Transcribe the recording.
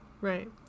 right